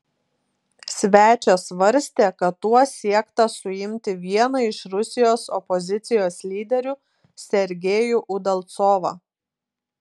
svečias svarstė kad tuo siekta suimti vieną iš rusijos opozicijos lyderių sergejų udalcovą